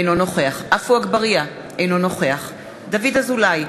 אינו נוכח עפו אגבאריה, אינו נוכח דוד אזולאי,